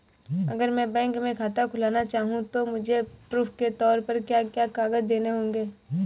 अगर मैं बैंक में खाता खुलाना चाहूं तो मुझे प्रूफ़ के तौर पर क्या क्या कागज़ देने होंगे?